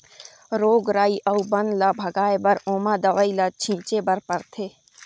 रोग राई अउ बन ल भगाए बर ओमा दवई ल छिंचे बर परथे